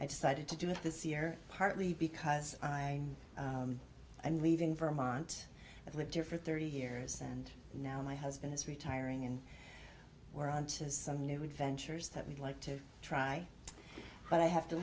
i decided to do it this year partly because i am leaving for a mont i've lived here for thirty years and now my husband is retiring and we're on to some new adventures that we'd like to try but i have to